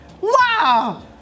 Wow